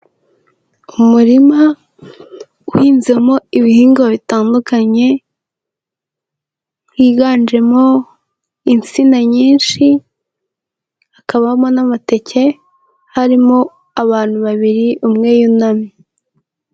Umurima uhinzemo ibihingwa bitandukanye, higanjemo insina nyinshi, hakabamo n'amateke, harimo abantu babiri, umwe yunamye.